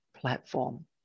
platform